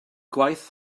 gwaith